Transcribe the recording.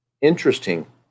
interesting